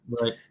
Right